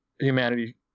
humanity